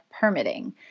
permitting